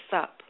up